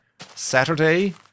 Saturday